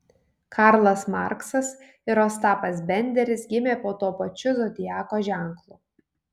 karlas marksas ir ostapas benderis gimė po tuo pačiu zodiako ženklu